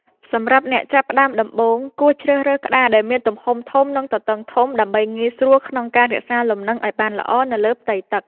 សម្រាប់អ្នកចាប់ផ្ដើមដំបូង គួរជ្រើសរើសក្តារដែលមានទំហំធំ និងទទឹងធំ ដើម្បីងាយស្រួលក្នុងការរក្សាលំនឹងឱ្យបានល្អនៅលើផ្ទៃទឹក។